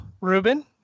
Ruben